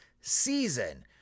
season